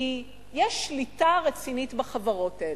כי יש שליטה רצינית בחברות האלה.